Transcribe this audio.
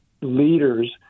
leaders